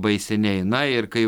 labai seniai na ir kai